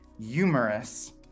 humorous